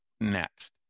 next